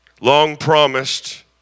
long-promised